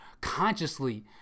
consciously